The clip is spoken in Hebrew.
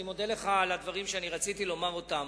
אני מודה לך על הדברים שרציתי לומר אותם.